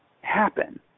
happen